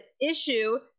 issue